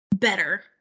Better